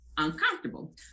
uncomfortable